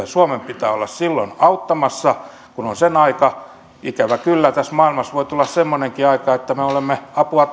suomen pitää olla silloin auttamassa kun on sen aika ikävä kyllä tässä maailmassa voi tulla semmoinenkin aika että me olemme apua